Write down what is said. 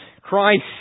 Christ